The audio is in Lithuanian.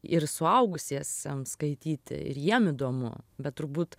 ir suaugusiesiems skaityti ir jiem įdomu bet turbūt